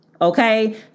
Okay